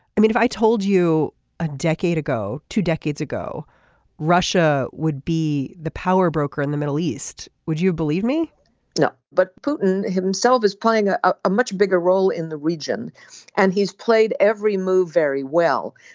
i mean if i told you ah decade ago two decades ago russia would be the power broker in the middle east would you believe me no but putin himself is playing a ah ah much bigger role in the region and he's played every move very well.